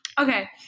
okay